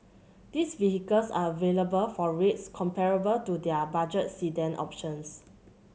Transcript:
these vehicles are available for rates comparable to their budget sedan options